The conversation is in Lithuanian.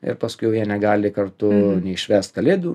ir paskui jie negali kartu švęst kalėdų